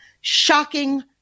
Shocking